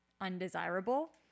undesirable